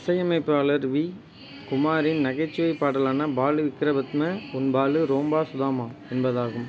இசையமைப்பாளர் வி குமாரின் நகைச்சுவை பாடலான பாலு விக்கிர பத்ம உன் பாலு ரோம்பா சுதாமா என்பதாகும்